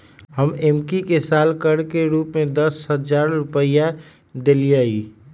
हम एम्की के साल कर के रूप में दस हज़ार रुपइया देलियइ